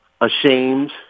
ashamed